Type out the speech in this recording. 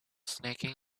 snacking